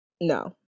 No